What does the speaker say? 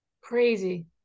Crazy